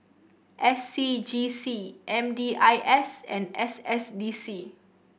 S C G C M D I S and S S D C